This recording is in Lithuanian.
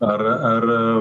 ar ar